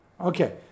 Okay